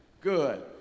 Good